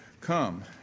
Come